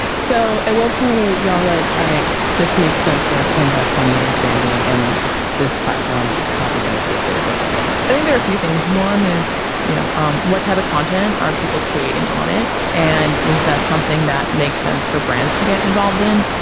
so at what point are y'all like all right this makes sense for us to invest time notwithstanding and understanding and this platform is probably going to be a bit of a dud i think there are a few things one is you know um what type of content are people creating on it. and is that something that makes sense for brands to get involved in.